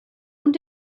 und